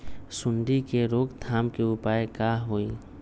सूंडी के रोक थाम के उपाय का होई?